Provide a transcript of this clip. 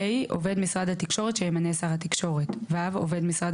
(ה) עובד משרד התקשורת שימנה שר התקשורת ; (ח) עובד משרד